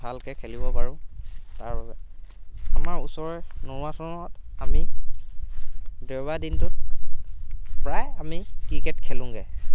আমি ভালকৈ খেলিব পাৰোঁ তাৰ বাবে আমাৰ ওচৰৰে নৌৱাচনত আমি দেওবাৰ দিনটোত প্ৰায় আমি ক্ৰিকেট খেলোঁগৈ